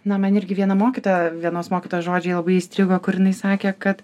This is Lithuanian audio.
na man irgi viena mokytoja vienos mokytojos žodžiai labai įstrigo kur jinai sakė kad